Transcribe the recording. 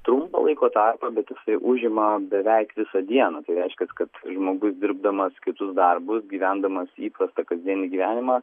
trumpo laiko tarpą bet jisai užima beveik visą dieną tai reiškias kad žmogus dirbdamas kitus darbus gyvendamas įprastą kasdienį gyvenimą